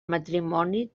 matrimoni